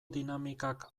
dinamikak